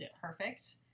perfect